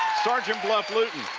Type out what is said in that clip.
sergeant bluff